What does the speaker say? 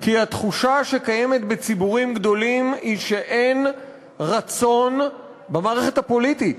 כי התחושה שקיימת בציבורים גדולים היא שאין רצון במערכת הפוליטית